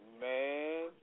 Man